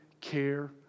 care